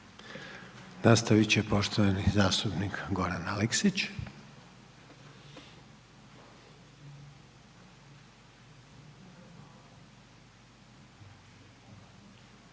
Nastavit će poštovani zastupnik Goran Aleksić.